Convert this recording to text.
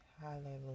Hallelujah